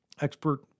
expert